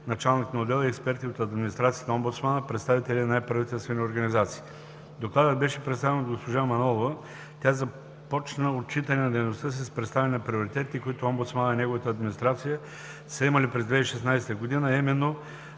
началник на отдел, и експерти от администрацията на омбудсмана, представители на неправителствени организации. Докладът беше представен от госпожа Манолова. Тя започна отчитане на дейността си с представяне на приоритетите, които омбудсманът и неговата администрация са имали през 2016 г., а именно